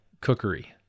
cookery